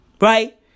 Right